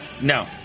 No